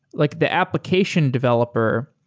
like the application developer,